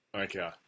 Okay